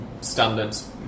standards